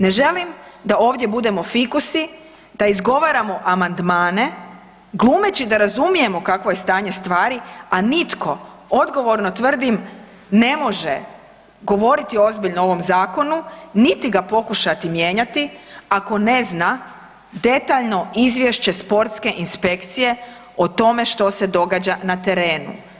Ne želim da ovdje budemo fikusi, da izgovaramo amandmane, glumeći da razumijemo kakvo je stanje stvari, a nitko, odgovorno tvrdim, ne može govoriti ozbiljno o ovom zakonu niti ga pokušati mijenjati ako ne zna detaljno izvješće sportske inspekcije o tome što se događa na terenu.